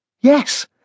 Yes